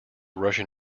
russian